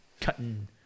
cutting